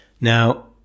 Now